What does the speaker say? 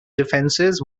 defences